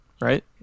right